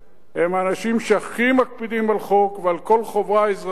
הם אנשים שהכי מקפידים על חוק ועל כל חובה אזרחית,